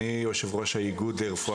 אני יושב ראש האיגוד לרפואה